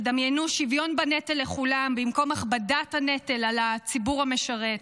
דמיינו שוויון בנטל לכולם במקום הכבדת הנטל על הציבור המשרת,